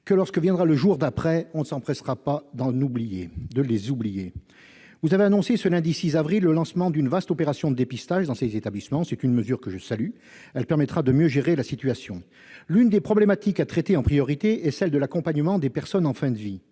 que, lorsque viendra « le jour d'après », on ne s'empressera pas de les oublier ! Vous avez annoncé le lundi 6 avril dernier le lancement d'une « vaste opération de dépistage » dans ces établissements. C'est une mesure que je salue : elle permettra de mieux gérer la situation. L'un des problèmes à traiter en priorité est celui de l'accompagnement des personnes en fin de vie.